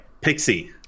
Pixie